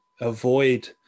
avoid